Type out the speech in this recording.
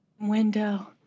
Window